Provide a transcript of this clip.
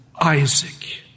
Isaac